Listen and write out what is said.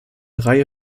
reihe